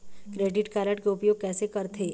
Credit card के उपयोग कैसे करथे?